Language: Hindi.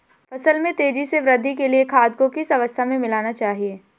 फसल में तेज़ी से वृद्धि के लिए खाद को किस अवस्था में मिलाना चाहिए?